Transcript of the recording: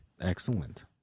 excellent